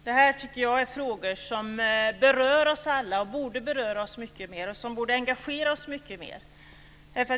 Jag tycker att detta är frågor som berör oss alla, och de borde beröra oss mycket mer. De borde engagera oss mycket mer.